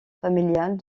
familiale